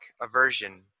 aversion